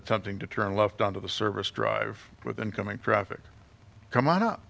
attempting to turn left onto the service drive with incoming traffic come on up